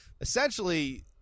Essentially